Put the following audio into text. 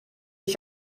ich